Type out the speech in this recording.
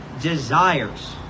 desires